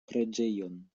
preĝejon